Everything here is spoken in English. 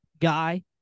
guy